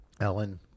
Ellen